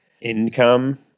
income